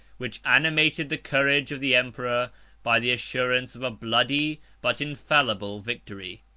which animated the courage of the emperor by the assurance of a bloody, but infallible victory.